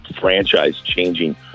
franchise-changing